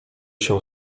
się